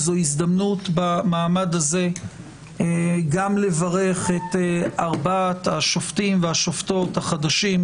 זאת הזדמנות במעמד הזה גם לברך את ארבעת השופטים והשופטות החדשים,